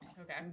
okay